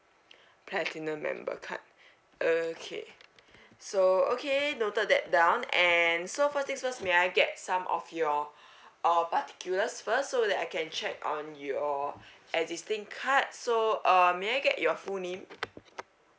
platinum member card I okay so okay noted that down and so first things first may I get some of your uh particulars first so that I can check on your existing card so um may I get your full name